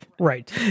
right